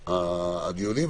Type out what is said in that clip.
מרב המאמצים ומובאים מרב העצורים.